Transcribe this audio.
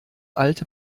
alte